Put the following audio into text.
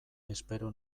espero